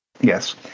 Yes